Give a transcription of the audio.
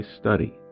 study